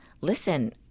listen